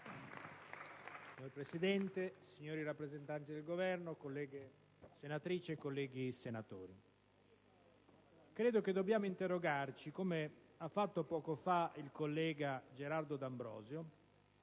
Signor Presidente, signori rappresentanti del Governo, colleghe senatrici e colleghi senatori, credo che dobbiamo interrogarci, come ha fatto poco fa il collega Gerardo d'Ambrosio,